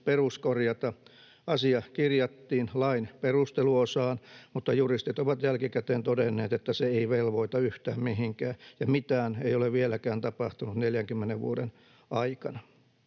peruskorjata. Asia kirjattiin lain perusteluosaan, mutta juristit ovat jälkikäteen todenneet, että se ei velvoita yhtään mihinkään, ja mitään ei ole vieläkään tapahtunut 40 vuoden aikana.